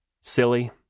Silly